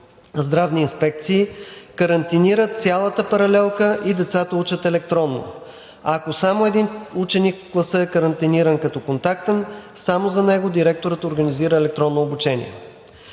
здравни инспекции карантинира цялата паралелка и децата учат електронно. Ако само един ученик в класа е карантиниран като контактен, само за него директорът организира електронно обучение.